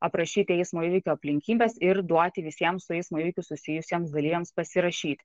aprašyti eismo įvykio aplinkybes ir duoti visiems su eismo įvykiu susijusiems dalyviams pasirašyt